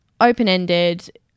open-ended